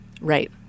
right